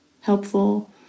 helpful